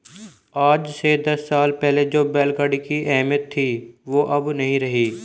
आज से दस साल पहले जो बैल गाड़ी की अहमियत थी वो अब नही रही